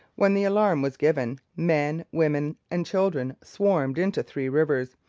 when the alarm was given, men, women, and children swarmed into three rivers,